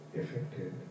affected